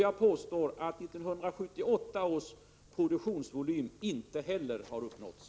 Jag påstår också att 1978 års produktionsvolym inte heller har uppnåtts.